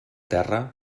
terra